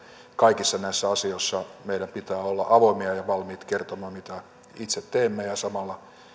kaikissa näissä asioissa meidän pitää olla avoimia ja valmiit kertomaan mitä itse teemme ja samalla